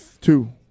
two